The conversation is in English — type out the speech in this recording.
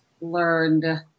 learned